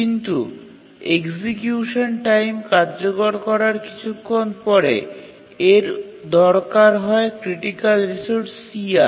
কিন্তু execution time কার্যকর করার কিছুক্ষণ পরে এর দরকার হয় ক্রিটিকাল রিসোর্স CR